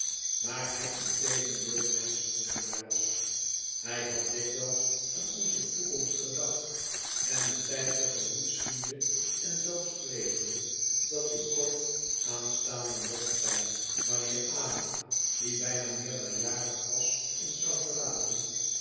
maar hij integendeel mijn schuldenaar was hij had dikwijls aan onze toekomst gedacht en de tijd te gemoet ziende en zelfs vreezende dat die kort aanstaande mocht zijn wanneer ada die bijna meerderjarig was ons zou verlaten